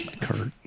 Kurt